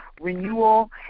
renewal